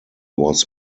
was